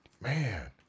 man